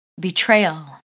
betrayal